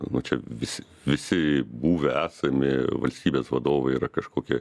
na čia visi visi buvę esami valstybės vadovai yra kažkokie